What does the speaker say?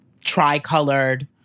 tri-colored